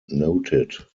noted